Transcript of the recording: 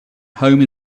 home